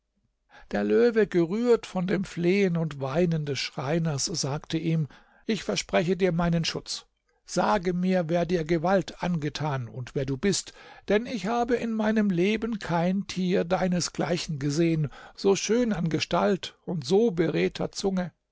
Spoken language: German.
der löwe gerührt von dem flehen und weinen des schreiners sagte ihm ich verspreche dir meinen schutz sage mir wer dir gewalt angetan und wer du bist denn ich habe in meinem leben kein tier deinesgleichen gesehen so schön an gestalt und so beredter zunge